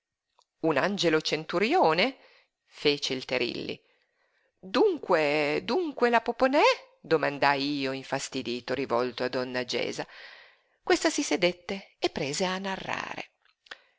un angelo centurione fece il terilli dunque dunque la poponè domandai io infastidito rivolto a donna gesa questa si sedette e prese a narrare